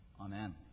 Amen